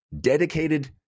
Dedicated